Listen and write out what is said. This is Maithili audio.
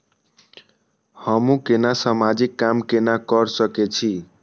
हमू केना समाजिक काम केना कर सके छी?